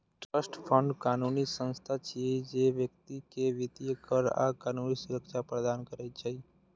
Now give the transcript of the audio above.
trust fund कानूनी संस्था छियै, जे व्यक्ति कें वित्तीय, कर आ कानूनी सुरक्षा प्रदान करै छै